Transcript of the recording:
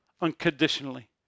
unconditionally